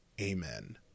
Amen